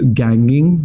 ganging